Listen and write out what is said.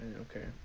Okay